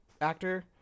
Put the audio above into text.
actor